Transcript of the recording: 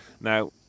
Now